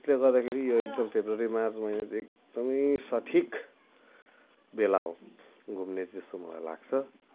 त्यसले गर्दाखेरि यो एकदम् फेब्रुअरी मार्च महिना चाहिँ एकदमै सठिक बेला हो घुम्ने चाहिँ जस्तो मलाई लाग्छ